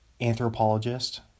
Anthropologist